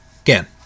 Again